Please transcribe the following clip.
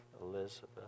Elizabeth